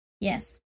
Yes